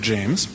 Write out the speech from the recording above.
James